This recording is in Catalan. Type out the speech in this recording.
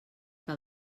que